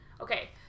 Okay